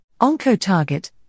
Oncotarget